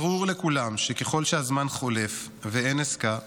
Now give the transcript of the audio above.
ברור לכולם שככל שהזמן חולף ואין עסקה,